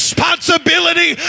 Responsibility